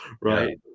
Right